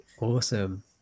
Awesome